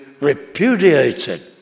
repudiated